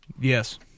Yes